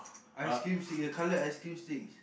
ice cream stick the colored ice cream sticks